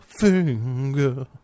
finger